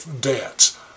debts